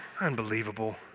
Unbelievable